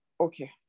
Okay